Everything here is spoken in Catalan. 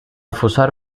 fossar